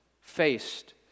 faced